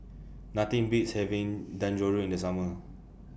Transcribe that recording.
Nothing Beats having Dangojiru in The Summer